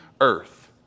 earth